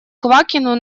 квакину